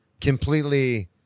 completely